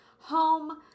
home